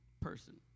person